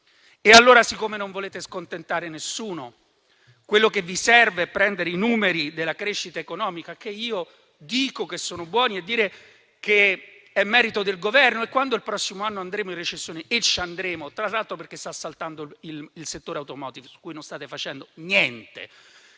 Allora, siccome non volete scontentare nessuno, quello che vi serve è prendere i numeri della crescita economica, che io dico che sono buoni, e dire che è merito del Governo. Quando il prossimo anno andremo in recessione, e ci andremo, perché sta saltando il settore automotive, su cui non state facendo niente,